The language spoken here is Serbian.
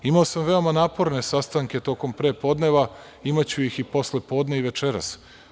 Imao sam veoma naporne sastanke tokom prepodneva, imaću ih i posle podne i večeras.